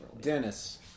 Dennis